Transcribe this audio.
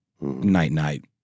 Night-night